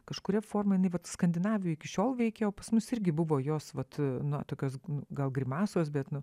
kažkuria forma jinai vat skandinavijoj iki šiol veikia o pas mus irgi buvo jos vat na tokios gal grimasos bet nu